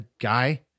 guy